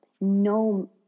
no